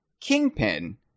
Kingpin